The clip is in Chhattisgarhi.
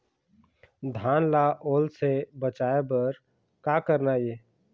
धान ला ओल से बचाए बर का करना ये?